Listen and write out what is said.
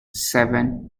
seven